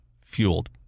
fueled